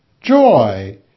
joy